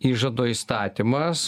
įžado įstatymas